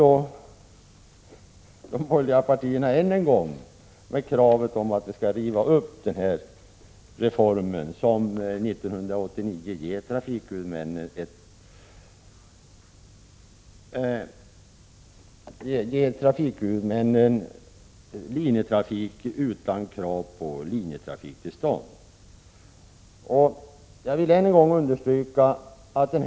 De borgerliga partierna återkommer med kravet på att riva upp den reform som år 1989 skall ge trafikhuvudmännen möjlighet att utan krav på linjetrafiktillstånd bedriva lokal och regional busslinjetrafik.